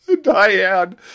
Diane